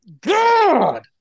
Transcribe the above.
God